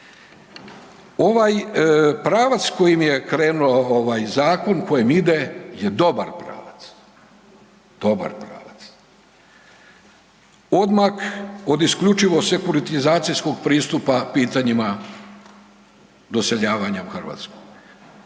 Ovaj pravac kojim je krenuo ovaj zakon kojim ide je dobar pravac, dobar pravac, odmak od isključivo sekuritizacijskog pristupa pitanjima doseljavanja u Hrvatsku.